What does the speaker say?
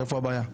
איפה הבעיה?